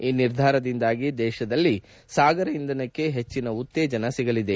ಈ ನಿರ್ಧಾರದಿಂದಾಗಿ ದೇಶದಲ್ಲಿ ಸಾಗರ ಇಂಧನಕ್ಕೆ ಹೆಚ್ಚಿನ ಉತ್ತೇಜನ ಸಿಗಲಿದೆ